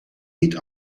niet